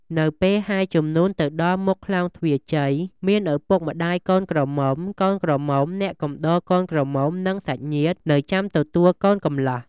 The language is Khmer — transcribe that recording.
នៅពេលហែជំនូន ទៅដល់មុខក្លោងទ្វាជ័យ មានឪពុកម្តាយកូនក្រមុំ កូនក្រមុំ អ្នកកំដរកូនក្រមុំនិងសាច់ញាតិនៅចាំទទួលកូនកំលោះ។